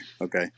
Okay